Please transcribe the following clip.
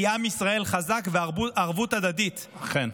כי עם ישראל חזק, וערבות הדדית, אכן.